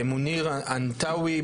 מוניר ענבתאווי,